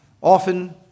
often